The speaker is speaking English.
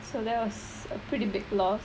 so that was a pretty big loss